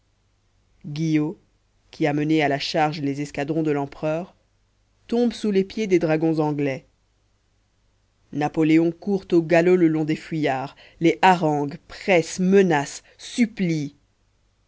guyot qui a mené à la charge les escadrons de l'empereur tombe sous les pieds des dragons anglais napoléon court au galop le long des fuyards les harangue presse menace supplie